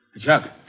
Chuck